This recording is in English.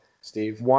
Steve